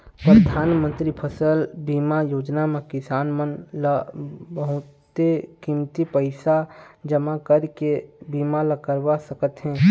परधानमंतरी फसल बीमा योजना म किसान मन ल बहुते कमती पइसा जमा करके बीमा ल करवा सकत हे